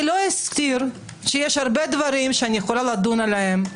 אני לא אסתיר שיש הרבה דברים שאני יכולה לדון עליהם,